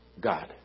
God